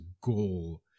goal